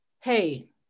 Hey